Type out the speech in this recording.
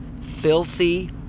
filthy